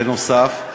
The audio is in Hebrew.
בנוסף,